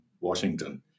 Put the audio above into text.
Washington